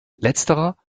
letzterer